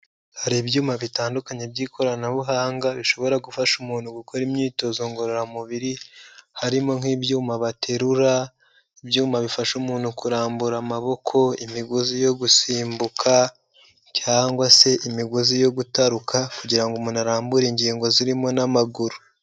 Hari ibyuma bitandukanye by'ikoranabuhanga bishobora gufasha umuntu gukora imyitozo ngororamubiri, harimo nk'ibyuma baterura, ibyuma bifasha umuntu kurambura amaboko, imigozi yo gusimbuka cyangwa se imigozi yo gutaruka, kugira ngo umuntu arambure ingingo zirimo n'amaguru.